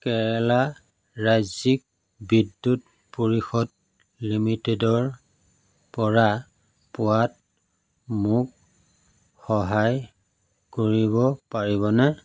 কেৰালা ৰাজ্যিক বিদ্যুৎ পৰিষদ লিমিটেডৰপৰা পোৱাত মোক সহায় কৰিব পাৰিবনে